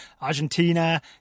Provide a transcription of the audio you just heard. Argentina